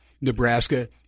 Nebraska